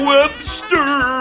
Webster